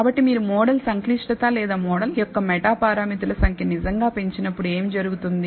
కాబట్టి మీరు మోడల్ సంక్లిష్టత లేదా మోడల్ యొక్క మెటా పారామితుల సంఖ్య నిజంగా పెంచినప్పుడు ఏమి జరుగుతుంది